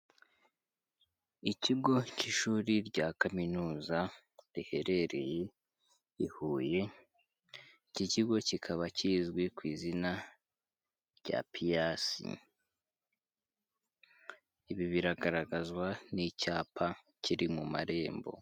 Ikigo k'ishuri rya kaminuza riherereye i Huye, iki kigo kikaba kizwi ku izina rya PIASS, ibi bigaragazwa n'icyapa kiri mu marembo.